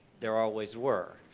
there always were.